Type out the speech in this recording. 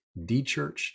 dechurched